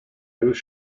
news